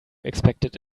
expected